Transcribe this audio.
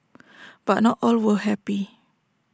but not all were happy